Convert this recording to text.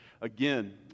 again